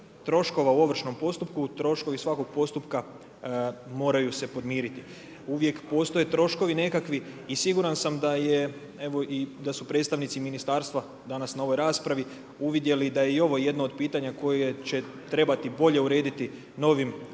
troškova u ovršnom postupku. Troškovi svakog postupka moraju se podmiriti. Uvijek postoje troškovi nekakvi i siguran sam da je, evo i da su predstavnici ministarstva na ovoj raspravi uvidjeli da je i ovo jedno od pitanja koje će trebati bolje urediti novim,